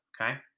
okay